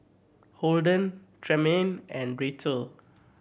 Holden Tremayne and Racquel